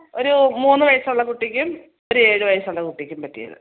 ഒരു മൂന്ന് വയസ്സുള്ള കുട്ടിക്കും ഒരു ഏഴ് വയസ്സുള്ള കുട്ടിക്കും പറ്റിയത്